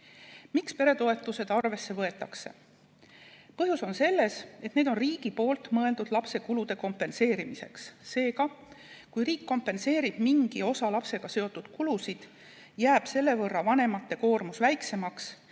Miks peretoetusi arvesse võetakse? Põhjus on selles, et need on mõeldud riigi poolt lapse kulude kompenseerimiseks. Seega, kui riik kompenseerib mingi osa lapsega seotud kulusid, jääb vanemate koormus selle